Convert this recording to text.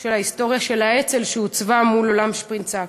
של ההיסטוריה של האצ"ל שהוצבה מול אולם שפרינצק,